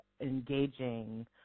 engaging